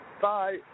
Bye